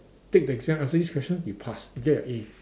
take the exam answer this question you pass you get an A